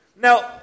Now